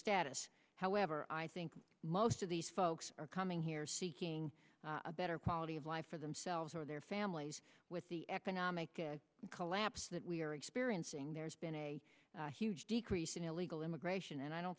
status however i think most of these folks are coming here seeking a better quality of life for themselves or their families with the economic collapse that we are experiencing there's been a huge decrease in illegal immigration and i don't